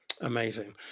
Amazing